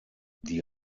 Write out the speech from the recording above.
die